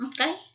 Okay